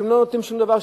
הם לא נותנים שום דבר,